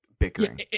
bickering